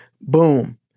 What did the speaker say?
Boom